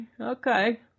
Okay